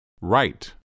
Right